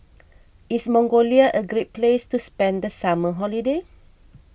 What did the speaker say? is Mongolia a great place to spend the summer holiday